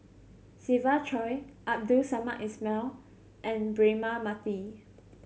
Siva Choy Abdul Samad Ismail and Braema Mathi